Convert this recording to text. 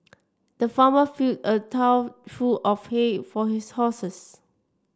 the farmer filled a trough full of hay for his horses